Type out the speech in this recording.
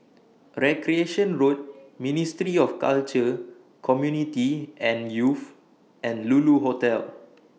Recreation Road Ministry of Culture Community and Youth and Lulu Hotel